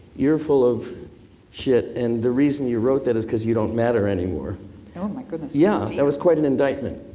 you're full of shit and the reason you wrote that is because you don't matter anymore. oh my goodness. yeah, that was quite an indictment.